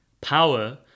Power